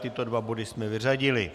Tyto dva body jsme vyřadili.